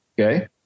okay